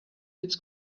its